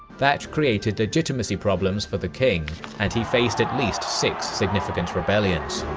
that created legitimacy problems for the king and he faced at least six significant rebellions.